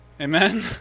Amen